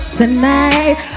tonight